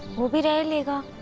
will be very